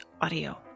audio